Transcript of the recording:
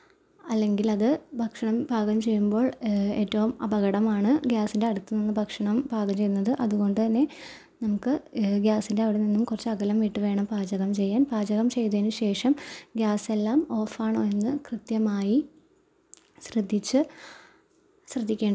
അല്ലെങ്കിൽ അത് ഭക്ഷണം പാകം ചെയ്യുമ്പോൾ ഏറ്റവും അപകടമാണ് ഗ്യാസിൻ്റെ അടുത്ത് നിന്ന് ഭക്ഷണം പാകം ചെയ്യുന്നത് അതുകൊണ്ട് തന്നെ നമുക്ക് ഗ്യാസിൻ്റെ അവിടെ നിന്നും കുറച്ച് അകലം വിട്ട് വേണം പാചകം ചെയ്യാൻ പാചകം ചെയ്തതിന് ശേഷം ഗ്യാസെല്ലാം ഓഫാണോ എന്ന് കൃത്യമായി ശ്രദ്ധിച്ച് ശ്രദ്ധിക്കേണ്ടതുണ്ട്